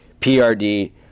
PRD